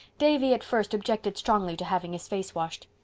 davy at first objected strongly to having his face washed.